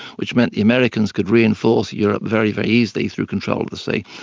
which meant the americans could reinforce europe very, very easily through control of the sea.